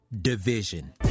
division